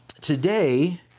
today